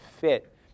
fit